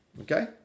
Okay